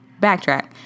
backtrack